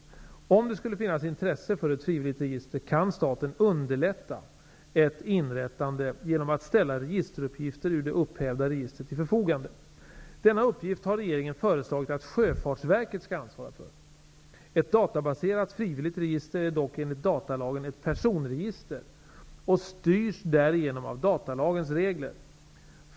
Om det skulle finnas intresse för ett frivilligt register kan staten underlätta ett inrättande genom att ställa registeruppgifter ur det upphävda registret till förfogande. Denna uppgift har regeringen föreslagit att Sjöfartsverket skall ansvara för. Ett databaserat frivilligt register är dock enligt datalagen ett personregister och styrs därigenom av datalagens regler.